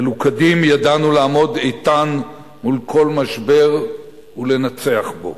מלוכדים ידענו לעמוד איתן מול כל משבר ולנצח בו.